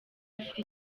afite